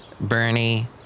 Bernie